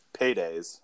Paydays